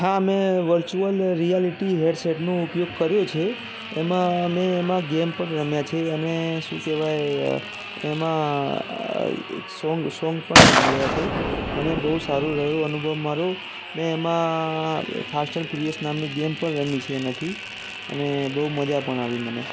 હા મેં virtual reality હેડસેટનો ઉપયોગ કર્યો છે એમાં અમે એમાં ગેમ પણ રમ્યા છીએ અને શું કહેવાય એમાં અ સોંગ સોંગ પણ સાંભળ્યાં છે મને બહુ સારું રહ્યો અનુભવ મારો મેં એમાં ફાસ્ટ એન્ડ ફ્યુરિયસ નામની ગેમ પણ રમી છે એનાથી અને બહુ મજા પણ આવી મને